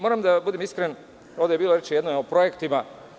Moram da budem iskren, ovde je jednom bilo reči o projektima.